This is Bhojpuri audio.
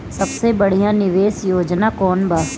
सबसे बढ़िया निवेश योजना कौन बा?